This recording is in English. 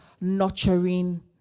nurturing